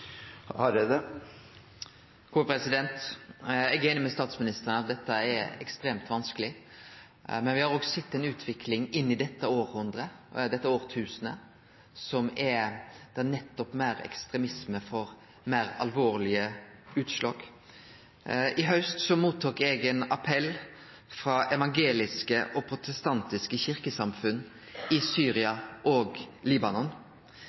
Eg er einig med statsministeren i at dette er ekstremt vanskeleg, men me har òg sett ei utvikling inn i dette tusenåret der nettopp meir ekstremisme får meir alvorlege utslag. I haust tok eg imot ein appell frå evangeliske og protestantiske kyrkjesamfunn i Syria og Libanon.